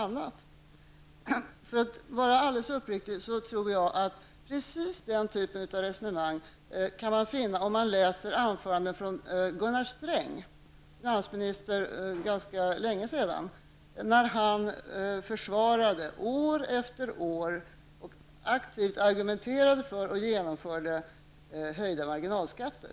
Om jag skall vara alldeles uppriktig, tror jag att precis den typen av resonemang kan man finna om man läser anföranden som Gunnar Sträng har hållit. Gunnar Sträng var finansminister för ganska länge sedan. Han försvarade år efter år och aktivt argumenterade för och genomförde höjda marginalskatter.